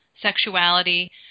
sexuality